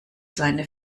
seine